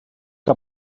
que